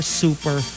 super